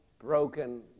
broken